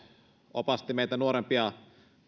opasti meitä nuorempia